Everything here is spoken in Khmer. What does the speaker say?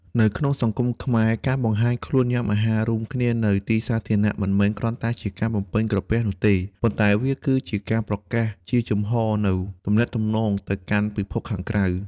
នៅក្នុងសង្គមខ្មែរ ការបង្ហាញខ្លួនញ៉ាំអាហាររួមគ្នានៅទីសាធារណៈ មិនមែនគ្រាន់តែជាការបំពេញក្រពះនោះទេ ប៉ុន្តែវាគឺជាការប្រកាសជាចំហនូវ «ទំនាក់ទំនង» ទៅកាន់ពិភពខាងក្រៅ។